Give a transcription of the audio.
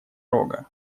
рога